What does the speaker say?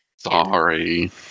Sorry